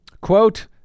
Quote